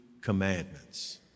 commandments